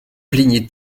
plaignez